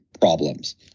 problems